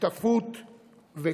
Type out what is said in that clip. שותפות ותקווה.